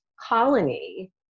colony